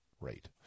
rate